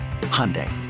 Hyundai